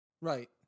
Right